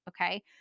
okay